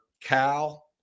Cal